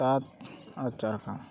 ᱛᱟᱛ ᱟᱨ ᱪᱟᱨᱠᱷᱟ